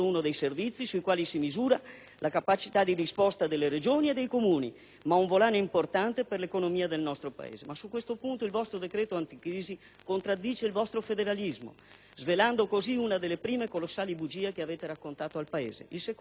la capacità di risposta delle Regioni e dei Comuni, ma un volano importante per l'economia del nostro Paese. Ma su questo punto il vostro decreto-legge anticrisi contraddice il vostro federalismo, svelando così una delle prime colossali bugie che avete raccontato al Paese. Il secondo punto sul quale mi voglio soffermare